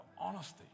honesty